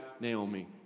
Naomi